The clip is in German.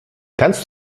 kannst